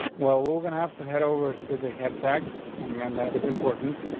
well, we're gonna have to head over to the head tags and again that is important.